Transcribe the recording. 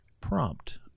prompt